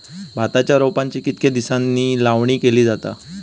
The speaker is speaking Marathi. भाताच्या रोपांची कितके दिसांनी लावणी केली जाता?